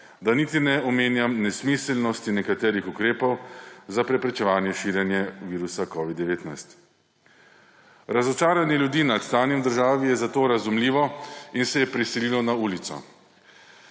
da niti ne omenjam nesmiselnosti nekaterih ukrepov, za preprečevanje širjenja virusa covida-19. Razočaranje ljudi nad stanjem v državi je zato razumljivo in se je preselilo na ulico.